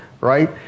right